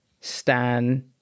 Stan